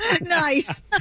Nice